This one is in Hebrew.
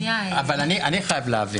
אבל אני חייב להבין בשביל עצמי.